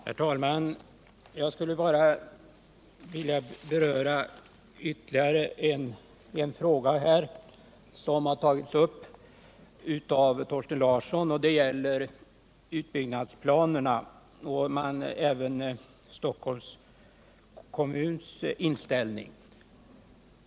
Herr talman! Jag skulle bara vilja beröra ytterligare en fråga som har tagits upp av Thorsten Larsson, och det gäller utbyggnadsplanerna och Stockholms kommuns inställning.